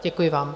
Děkuji vám.